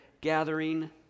gathering